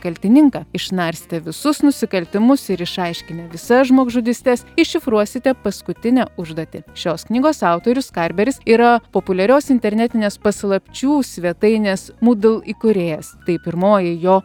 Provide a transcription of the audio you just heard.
kaltininką išnarstę visus nusikaltimus ir išaiškinę visas žmogžudystes iššifruosite paskutinę užduotį šios knygos autorius karberis yra populiarios internetinės paslapčių svetainės murdle įkūrėjas tai pirmoji jo